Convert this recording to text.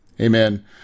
Amen